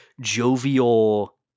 jovial